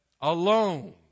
Alone